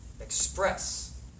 express